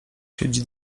siedzi